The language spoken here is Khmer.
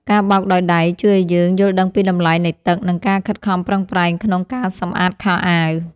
ការបោកដោយដៃជួយឱ្យយើងយល់ដឹងពីតម្លៃនៃទឹក និងការខិតខំប្រឹងប្រែងក្នុងការសម្អាតខោអាវ។